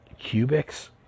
cubics